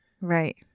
Right